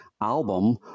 album